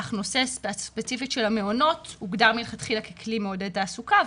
אך נושא הספציפי של המעונות הוגדר מלכתחילה ככלי מעודד תעסוקה,